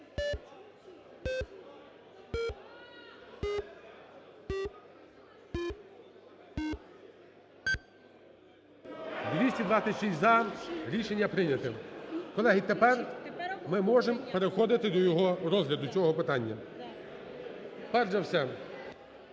За-226 Рішення прийнято. Колеги, тепер ми можемо переходити до його розгляду, цього питання. Перш за все…